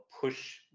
push